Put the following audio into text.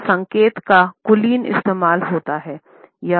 और संकेत का कुलीन इस्तेमाल होता है